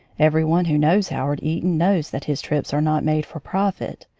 every one who knows howard eaton knows that his trips are not made for profit.